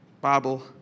Bible